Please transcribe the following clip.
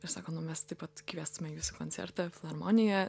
ir sako nu mes taip pat kviestume jus į koncertą filharmonijoje